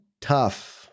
Tough